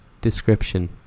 Description